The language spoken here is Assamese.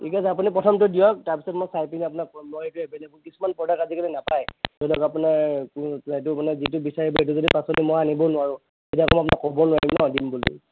ঠিক আছে আপুনি প্ৰথমটো দিয়ক তাৰ পিছত মই চাই কিনে আপোনাক কম মই এইটোৱেই এভেইলেবল কিছুমান প্ৰডাক্ট আজি কালি নাপায় ধৰক আপোনাৰ যিটো বিচাৰিব সেইটো যদি পাচলি মই আনিবই নোৱাৰোঁ সেই কাৰণে মই আপোনাক ক'ব নোৱাৰিম ন দিম বুলি